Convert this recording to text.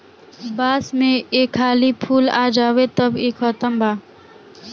बांस में एक हाली फूल आ जाओ तब इ खतम बा